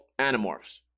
Animorphs